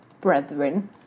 brethren